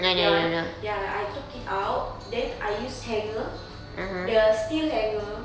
that [one] ya I took it out then I use hanger the steel hanger